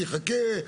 אני אחכה.